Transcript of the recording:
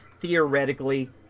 theoretically